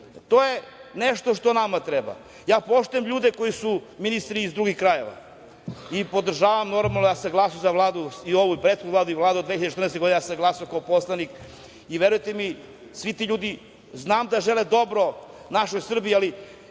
To je nešto što nama treba. Ja poštujem ljude koji su ministri iz drugih krajeva i podržavam normalno… Glasam za Vladu, i ovu i prethodnu Vladu, i Vladu od 2014. godine. Ja sam glasao kao poslanik i, verujte mi, svi ti ljudi žele dobro našoj Srbiji, ali